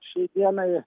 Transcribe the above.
šiai dienai